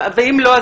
ואם לא,